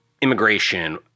immigration